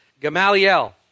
Gamaliel